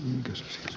nyt